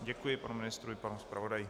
Děkuji panu ministrovi i panu zpravodaji.